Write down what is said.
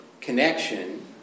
connection